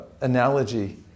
analogy